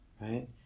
right